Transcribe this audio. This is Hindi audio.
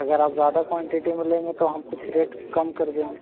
अगर आप ज़्यादा क्वांटिटी में लेंगे तो हम कुछ रेट कम कर देंगे